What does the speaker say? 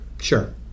Sure